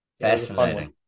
Fascinating